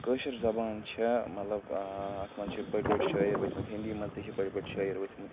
کٲشِر زَبان چھِ مطلب اَتھ منٛز چھِ بٔڑۍ بٔڑۍ شٲعر وٕتھۍ مٕتۍ ہِندی منٛز تہِ چھِ بٔڑۍ بٔڑۍ شٲعر وٕتھۍ مٕتۍ